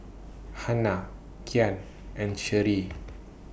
Hanna Kyan and Sherry